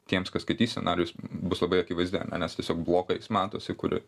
tiems kas skaitys scenarijus bus labai akivaizdi ane nes tiesiog blokais matosi kur